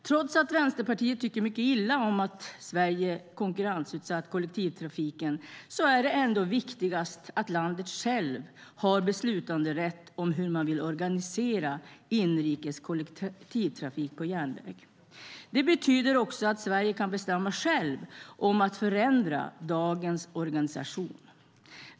Trots att vi i Vänsterpartiet tycker mycket illa om att Sverige konkurrensutsatt kollektivtrafiken är det ändå viktigast att landet självt har beslutanderätt om hur man vill organisera inrikes kollektivtrafik på järnväg. Det betyder att Sverige kan bestämma självt om att förändra dagens organisation.